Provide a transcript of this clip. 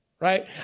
right